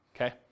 okay